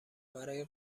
برای